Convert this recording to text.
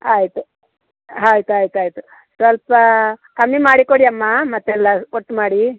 ಆಯಿತು ಆಯ್ತು ಆಯ್ತು ಆಯಿತು ಸ್ವಲ್ಪ ಕಮ್ಮಿ ಮಾಡಿ ಕೊಡಿಯಮ್ಮ ಮತ್ತೆಲ್ಲ ಒಟ್ಟು ಮಾಡಿ